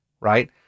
right